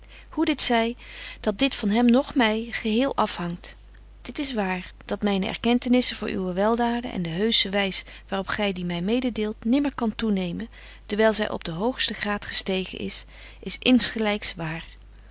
hoe dit zy dat dit van hem noch my geheel afhangt dit is waar dat myne erkentenisse voor uwe weldaden en de heusche wys waar op gy die my mededeelt nimmer kan toenemen dewyl zy op den hoogsten graad gestegen is is insgelyks waar